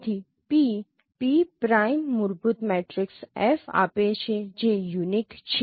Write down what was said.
તેથી P P prime મૂળભૂત matrix F આપે છે જે યુનીક છે